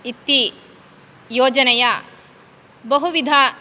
इति योजनया बहुविध